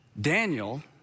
Daniel